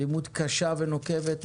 אלימות קשה ונוקבת.